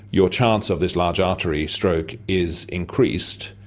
your chance of this large artery stroke is increased.